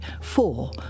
four